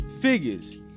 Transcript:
figures